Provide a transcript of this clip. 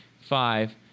five